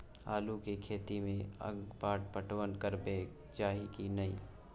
आलू के खेती में अगपाट पटवन करबैक चाही की नय?